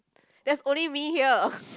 there's only me here